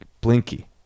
Blinky